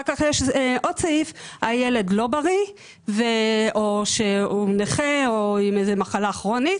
אחר כך יש עוד סעיף: הילד לא בריא או שהוא נכה או עם מחלה כרונית